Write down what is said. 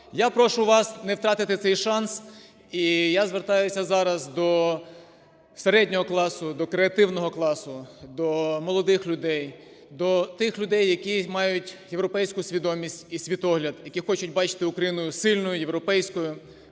Я прошу вас не втратити цей шанс. І я звертаюсь зараз до середнього класу, до креативного класу, до молодих людей, до тих людей, які мають європейську свідомість і світогляд, які хочуть бачити Україну сильною європейською,